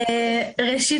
ראשית,